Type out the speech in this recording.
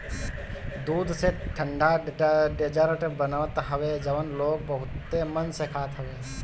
दूध से ठंडा डेजर्ट बनत हवे जवन लोग बहुते मन से खात हवे